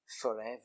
forever